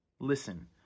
Listen